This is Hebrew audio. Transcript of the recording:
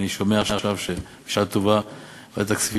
ואני שומע עכשיו שבשעה טובה ועדת הכספים